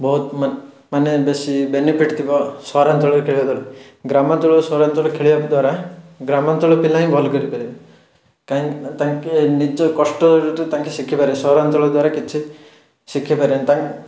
ବହୁତ ମାନ ମାନେ ବେଶୀ ବେନିଫିଟ୍ ଥିବ ସହରାଞ୍ଚଳରେ ଖେଳିବାପାଇଁ ଗ୍ରାମାଞ୍ଚଳ ସହରାଞ୍ଚଳରେ ଖେଳିବା ଦ୍ଵାରା ଗ୍ରାମାଞ୍ଚଳ ପିଲା ହିଁ ଭଲ କରିପାରିବେ କାହିଁକି ତାଙ୍କେ ନିଜେ କଷ୍ଟରୁ ତ ତାଙ୍କେ ଶିଖିପାରିବେ ସହରାଞ୍ଚଳ ଦ୍ୱାରା କିଛି ଶିଖି ପାରିବେନି ତାଙ୍କ